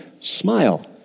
smile